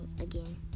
again